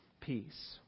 peace